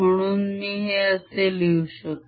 म्हणून मी हे असे लिहू शकतो